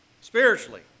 spiritually